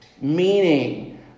meaning